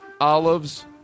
olives